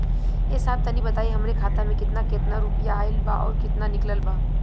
ए साहब तनि बताई हमरे खाता मे कितना केतना रुपया आईल बा अउर कितना निकलल बा?